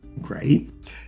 great